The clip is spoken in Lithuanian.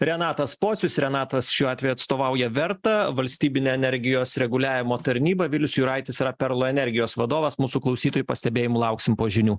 renatas pocius renatas šiuo atveju atstovauja vertą valstybinę energijos reguliavimo tarnybą vilius juraitis yra perlo energijos vadovas mūsų klausytojų pastebėjimų lauksim po žinių